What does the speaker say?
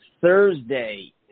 Thursday